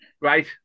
Right